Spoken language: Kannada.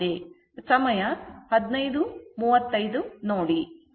ಅದು ನೋಡಬೇಕಾದ ಏಕೈಕ ವ್ಯತ್ಯಾಸವಾಗಿದೆ